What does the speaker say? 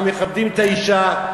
אנחנו מכבדים את האישה,